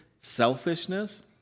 selfishness